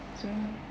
student